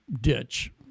ditch